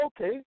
Okay